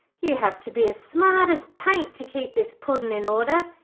you have to be as smart as paint to keep this puddin in order.